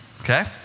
Okay